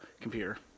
computer